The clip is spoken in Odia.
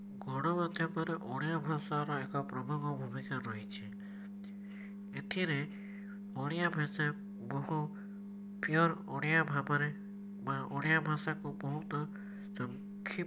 ଗଣମାଧ୍ୟମରେ ଓଡ଼ିଆ ଭାଷାର ଏକ ପ୍ରମୁଖ ଭୂମିକା ରହିଛି ଏଥିରେ ଓଡ଼ିଆ ଭାଷା ବହୁ ପିୟୋର ଓଡ଼ିଆ ଭାବରେ ବା ଓଡ଼ିଆ ଭାଷାକୁ ବହୁତ ସଂକ୍ଷିପ